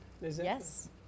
yes